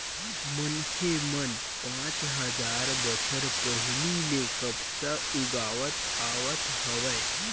मनखे मन पाँच हजार बछर पहिली ले कपसा उगावत आवत हवय